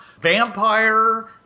vampire